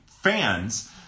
fans